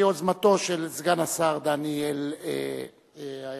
ביוזמתו של סגן השר דניאל אילון.